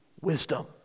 wisdom